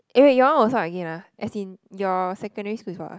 eh wait your one was what again ah as in your secondary school is what ah